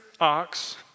ox